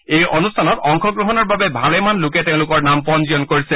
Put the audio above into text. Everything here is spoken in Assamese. এই অনুষ্ঠানৰ বাবে ভালেমান লোকে তেওঁলোকৰ নাম পঞ্জীয়ন কৰিছে